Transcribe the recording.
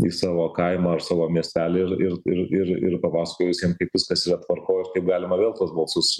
į savo kaimą ar savo miestelį ir ir ir ir papasakoja visiem kaip viskas yra tvarkoj kaip galima vėl tuos balsus